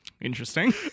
Interesting